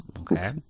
Okay